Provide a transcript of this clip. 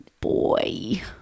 boy